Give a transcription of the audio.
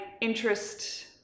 interest